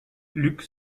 lux